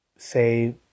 say